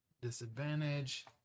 Disadvantage